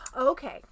Okay